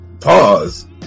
Pause